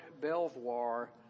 Belvoir